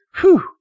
whew